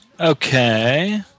Okay